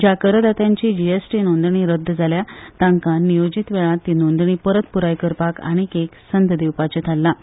ज्या कारदात्याची जीएसटी नोंदणी रद्द जाल्या तांकां नियोजीत वेळांत ती नोंदणी परत पुराय करपाक आनीक एक संद दिवपाचें थारलां